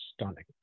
stunning